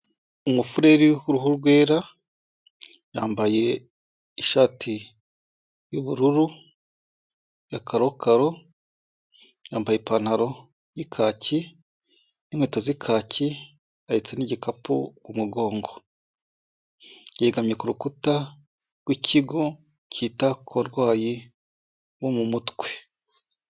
Umufureri w'uruhu rwera yambaye ishati y'ubururu ya carokaro, yambaye ipantaro y'ikaki n'inkweto z'ikaki ahetse n'igikapu ku mugongo, yegamye ku rukuta rw'ikigo cyita ku barwayi bo mu mutwe.